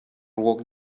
walked